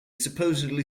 supposedly